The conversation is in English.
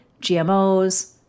GMOs